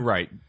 Right